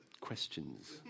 questions